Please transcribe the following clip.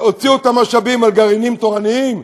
הוציאו את המשאבים על גרעינים תורניים?